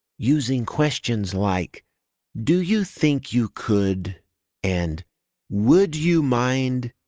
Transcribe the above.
using questions like do you think you could and would you mind.